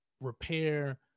repair